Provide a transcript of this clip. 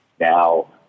now